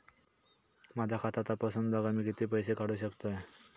माझा खाता तपासून बघा मी किती पैशे काढू शकतय?